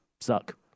suck